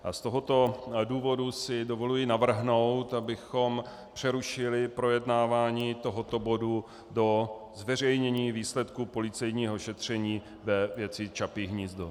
Z tohoto důvodu si dovoluji navrhnout, abychom přerušili projednávání tohoto bodu do zveřejnění výsledků policejního šetření ve věci Čapí hnízdo.